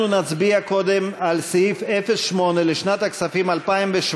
נצביע קודם על סעיף 08 לשנת הכספים 2017,